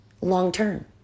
long-term